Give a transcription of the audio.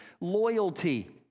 loyalty